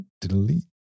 delete